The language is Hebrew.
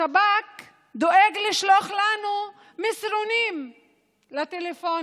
השב"כ דואג לשלוח לנו מסרונים לטלפונים.